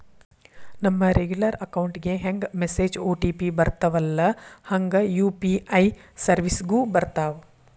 ನಮ regular account ಗೆ ಹೆಂಗ ಮೆಸೇಜ್ ಒ.ಟಿ.ಪಿ ಬರ್ತ್ತವಲ್ಲ ಹಂಗ ಯು.ಪಿ.ಐ ಸೆರ್ವಿಸ್ಗು ಬರ್ತಾವ